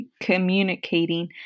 communicating